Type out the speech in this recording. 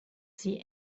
see